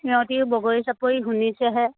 সিহঁতেও বগৰী চাপৰি শুনিছেহে